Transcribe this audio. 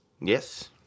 Yes